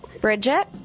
Bridget